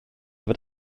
fod